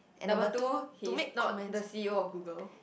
number two he's not the C_E_O of Google